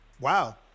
Wow